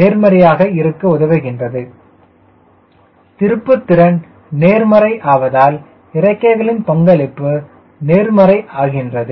நேர்மறையாக இருக்க உதவுகின்றது திருப்புத்திறன் நேர்மறை ஆவதால் இறக்கைகளின் பங்களிப்பு நேர்மறை ஆகின்றது